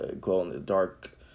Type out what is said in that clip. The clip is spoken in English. glow-in-the-dark